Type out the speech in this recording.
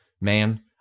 man